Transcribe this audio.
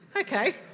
okay